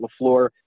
LaFleur